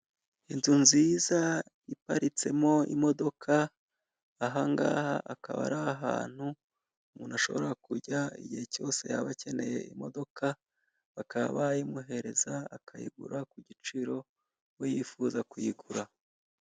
Inzu nziza iparitsemo imodoka aha ngaha akaba ari ahantu umuntu ashobora kujya igihe cyose yaba akeneye imodoka bakaba bayimuhereza akayigura ku giciro we yifuza kuyigura.